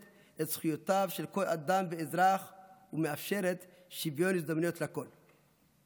את זכויותיו של כל אדם ואזרח ומאפשרת שוויון הזדמנויות לכול.